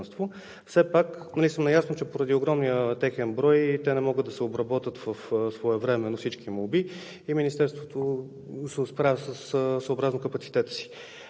все пак съм наясно, че поради огромния техен брой те не могат да се обработват своевременно и Министерството се справя съобразно капацитета си,